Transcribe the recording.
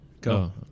Go